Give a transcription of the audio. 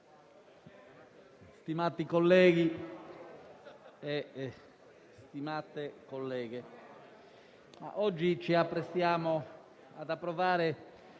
stimati colleghe e colleghi, oggi ci apprestiamo ad approvare